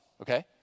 okay